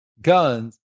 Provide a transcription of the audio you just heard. guns